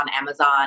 Amazon